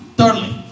Thirdly